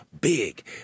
big